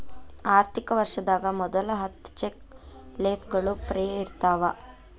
ಆರ್ಥಿಕ ವರ್ಷದಾಗ ಮೊದಲ ಹತ್ತ ಚೆಕ್ ಲೇಫ್ಗಳು ಫ್ರೇ ಇರ್ತಾವ